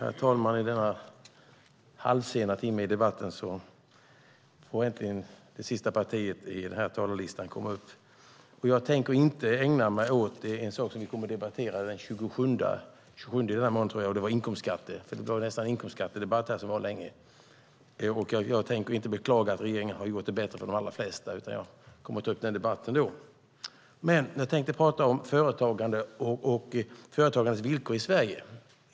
Herr talman! I denna halvsena timme i debatten får äntligen det sista partiet på talarlistan gå upp. Jag tänker inte ägna mig åt det som vi kommer att debattera den 27 i denna månad, inkomstskatterna. Det var ju nästan en inkomstskattedebatt som fördes tidigare. Inte heller tänker jag beklaga att regeringen har gjort det bättre för de allra flesta, utan jag kommer att ta upp den frågan då. I stället tänkte jag tala om företagandet och företagandets villkor i Sverige.